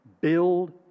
Build